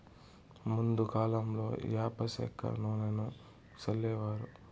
ముందు కాలంలో యాప సెక్క నూనెను సల్లేవారు